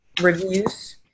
reviews